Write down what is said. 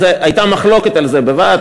הייתה מחלוקת על זה בוועד,